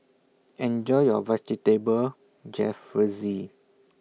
Enjoy your Vegetable Jalfrezi